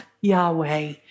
Yahweh